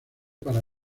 para